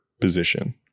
position